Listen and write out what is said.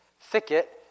thicket